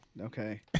okay